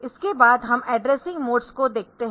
इसके बाद हम एड्रेसिंग मोड्स को देखते है